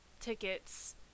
tickets